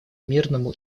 мирному